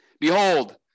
Behold